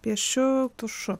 piešiu tušu